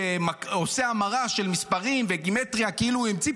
שעושה המרה של מספרים וגימטרייה כאילו הוא המציא